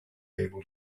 able